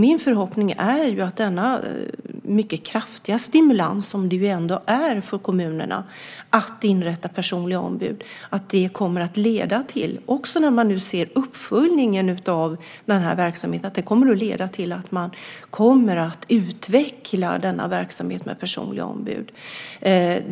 Min förhoppning är ju att denna mycket kraftiga stimulans, som det ändå är för kommunerna att inrätta personliga ombud, när man nu ser uppföljningen av verksamheten också kommer att leda till att man kommer att utveckla denna verksamhet med personliga ombud.